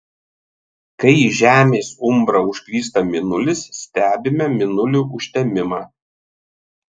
kai į žemės umbrą užklysta mėnulis stebime mėnulio užtemimą